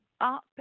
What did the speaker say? up